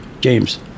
James